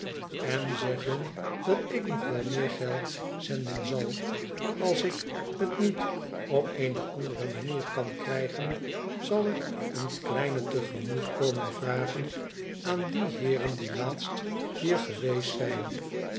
en zeg hun dat ik nog wel meer geld zenden zal als ik het niet op eene andere manier kan krijgen zal ik eene kleine tegemoetkoming vragen aan die heeren die laatst hier geweest zijn